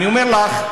אני אומר לך,